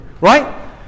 right